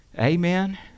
Amen